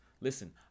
Listen